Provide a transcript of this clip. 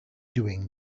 doing